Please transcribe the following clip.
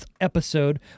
episode